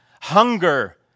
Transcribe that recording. hunger